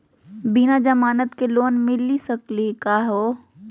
बिना जमानत के लोन मिली सकली का हो?